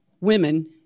women